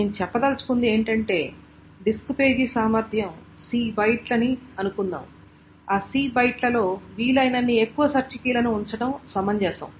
నేను చెప్పదలచుకున్నది ఏమిటంటే డిస్క్ పేజీ సామర్థ్యం C బైట్లని అనుకుందాం ఆ C బైట్లలో వీలైనన్ని ఎక్కువ సెర్చ్ కీలను ఉంచడం సమంజసం